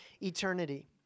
eternity